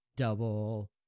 double